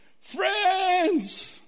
Friends